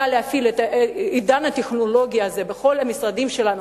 להפעיל את עידן הטכנולוגיה הזה בכל המשרדים שלנו,